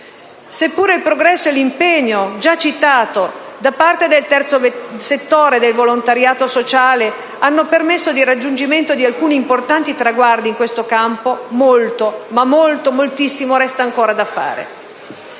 Seppure il progresso e l'impegno, già citato, da parte del terzo settore e del volontariato sociale hanno permesso il raggiungimento di alcuni importanti traguardi in questo campo, moltissimo resta ancora da fare.